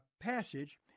passage